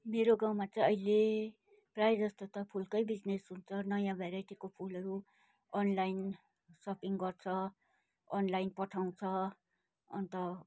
मेरो गाउँमा चाहिँ अहिले प्रायः जस्तो त फुलकै बिजनेस हुन्छ नयाँ भेराइटीको फुलहरू अनलाइन सपिङ गर्छ अनलाइन पठाउँछ अन्त